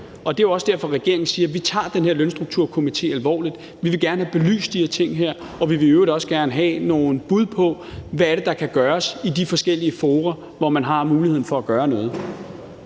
Det er også derfor, regeringen siger: Vi tager den her lønstrukturkomité alvorligt. Vi vil gerne have belyst de ting her. Og vi vil i øvrigt også gerne have nogle bud på, hvad det er, der kan gøres i de forskellige fora, hvor man har mulighed for at gøre noget.